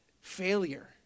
failure